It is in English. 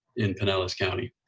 in pinellas county.